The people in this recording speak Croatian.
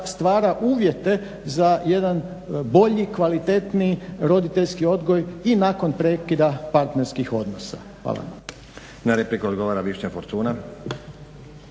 stvara uvjete za jedan bolji, kvalitetniji roditeljski odgoj i nakon prekida partnerskih odnosa. Hvala.